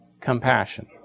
compassion